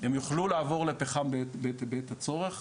הן יוכלו לעבור לפחם בעת הצורך,